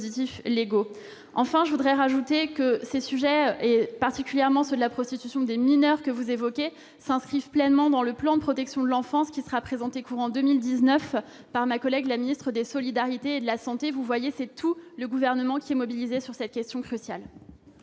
Enfin, je voudrais ajouter que ces sujets, et particulièrement celui de la prostitution des mineurs que vous évoquez, s'inscrivent pleinement dans le plan de protection de l'enfance qui sera présenté dans le courant de 2019 par ma collègue ministre des solidarités et de la santé. Vous le voyez donc, tout le Gouvernement est mobilisé sur cette question cruciale.